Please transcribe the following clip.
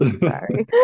Sorry